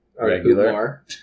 regular